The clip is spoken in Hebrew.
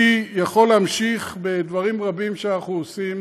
אני יכול להמשיך בדברים רבים שאנחנו עושים,